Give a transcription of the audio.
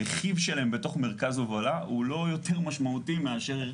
הרכיב שלהם בתוך מרכז הובלה הוא לא יותר משמעותי מאשר באוכלוסייה.